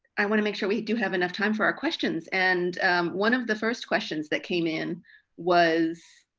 i wanna make sure we do have enough time for our questions. and one of the first questions that came in was,